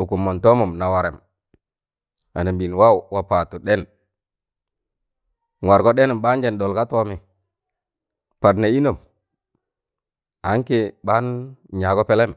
ụkụm mọn tọọmụm na warẹm anambịịn waawụ wa paattụ ɗẹn nwargọ ɗennun ɓaanajẹ nɗọl ga tọọmi pad nẹ inọm ankị ɓaan nyagọ pẹlẹm